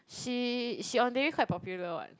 she she on Dayre quite popular what